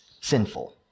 sinful